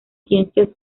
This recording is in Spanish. ciencias